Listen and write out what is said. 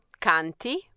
Canti